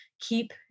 keep